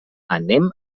anem